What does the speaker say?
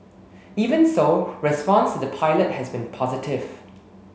even so response to the pilot has been positive